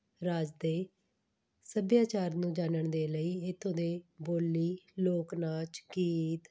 ਰਾਜ ਦੇ ਸੱਭਿਆਚਾਰ ਨੂੰ ਜਾਨਣ ਦੇ ਲਈ ਇੱਥੋਂ ਦੇ ਬੋਲੀ ਲੋਕ ਨਾਚ ਗੀਤ